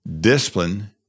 discipline